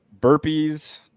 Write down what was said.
burpees